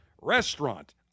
restaurant